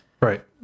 right